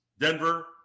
Denver